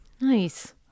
Nice